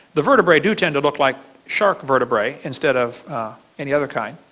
the vertebrate do tend to look like shark vertebrae instead of any other kind.